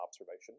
observation